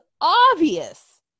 obvious